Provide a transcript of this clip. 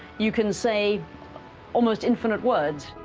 you can say almost infinite words.